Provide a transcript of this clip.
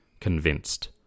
convinced